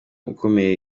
ukomeye